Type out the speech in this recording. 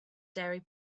diary